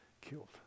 killed